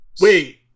Wait